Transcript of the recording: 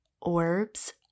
orbs